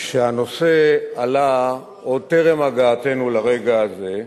כשהנושא עלה, עוד טרם הגעתנו לרגע הזה,